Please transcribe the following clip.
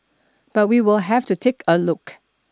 but we will have to take a look